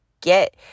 get